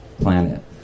planet